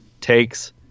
takes